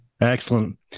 Excellent